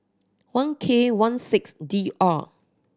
one K one six D R